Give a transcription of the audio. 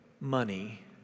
money